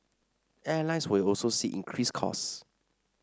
airlines will also see increased costs